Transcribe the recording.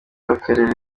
w’akarere